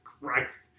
Christ